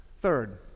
Third